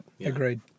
agreed